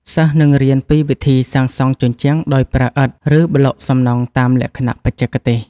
សិស្សនឹងរៀនពីវិធីសាងសង់ជញ្ជាំងដោយប្រើឥដ្ឋឬប្លុកសំណង់តាមលក្ខណៈបច្ចេកទេស។